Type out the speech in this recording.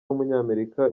w’umunyamerika